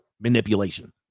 manipulation